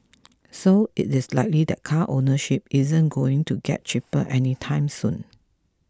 so it is likely that car ownership isn't going to get cheaper anytime soon